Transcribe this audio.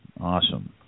awesome